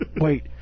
Wait